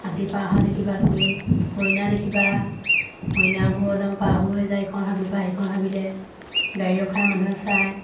হাতী পাৰ হোৱা দেখিবা তুমি হৰিণা দেখিবা হৰিণাবোৰ একদম পাৰ হৈ যায় এইখন হাবিৰ পৰা সেইখন হাবিলৈ গাড়ী ৰখাই মানুহে চাই